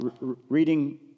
Reading